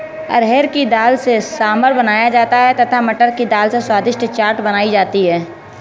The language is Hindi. अरहर की दाल से सांभर बनाया जाता है तथा मटर की दाल से स्वादिष्ट चाट बनाई जाती है